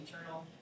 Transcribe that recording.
eternal